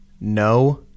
no